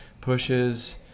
pushes